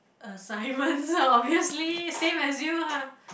assignments ah obviously same as you ah